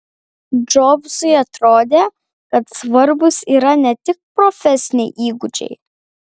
džobsui atrodė kad svarbūs yra ne tik profesiniai įgūdžiai